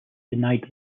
denied